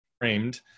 framed